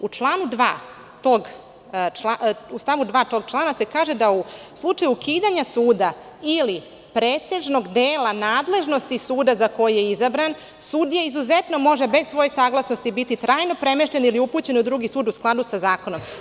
U stavu 2. tog člana se kaže da u slučaju ukidanja suda ili pretežnog dela nadležnosti suda za koji je izabran sudija izuzetno može bez svoje saglasnosti biti trajno premešten ili upućen u drugi sud u skladu sa zakonom.